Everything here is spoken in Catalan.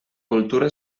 cultura